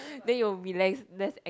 then you will be less less act~